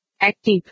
Active